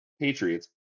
Patriots